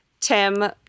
Tim